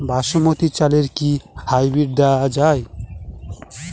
বাসমতী চালে কি হাইব্রিড দেওয়া য়ায়?